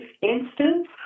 instance